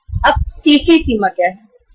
अब यह CC limit क्या है